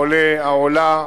העולה, העולָה,